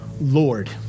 Lord